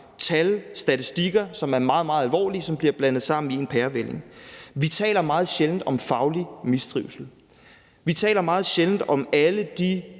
tal og statistikker, som er meget, meget alvorlige, og som bliver blandet sammen i en pærevælling. Vi taler meget sjældent om faglig mistrivsel. Vi taler meget sjældent om alle de